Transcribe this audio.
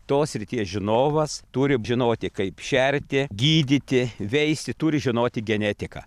tos srities žinovas turi žinoti kaip šerti gydyti veisti turi žinoti genetiką